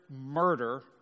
murder